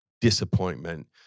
Disappointment